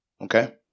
Okay